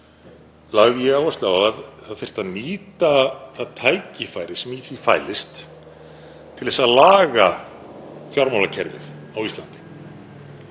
lagði ég áherslu á að það þyrfti að nýta það tækifæri sem í því fælist til að laga fjármálakerfið á Íslandi.